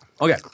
Okay